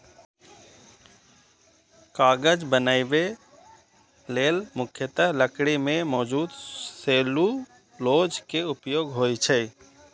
कागज बनबै लेल मुख्यतः लकड़ी मे मौजूद सेलुलोज के उपयोग होइ छै